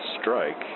strike